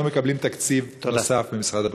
שלא מקבלים תקציב נוסף ממשרד הבריאות.